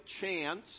chance